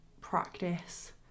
practice